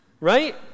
right